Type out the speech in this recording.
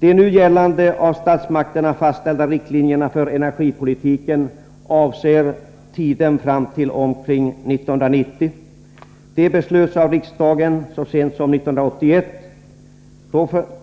De nu gällande och av statsmakterna fastställda riktlinjerna för energipolitiken avser tiden fram till omkring 1990. De beslöts av riksdagen så sent som 1981.